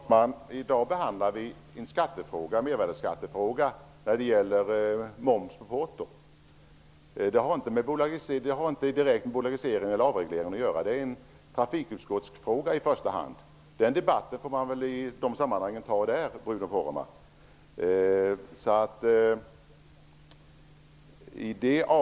Fru talman! I dag behandlar vi en mervärdesskattefråga. Det gäller moms på porto. Det har inte direkt med bolagisering eller avreglering att göra. Den frågan är i första hand en fråga för trafikutskottet. Den debatten får man ta där, Bruno Poromaa.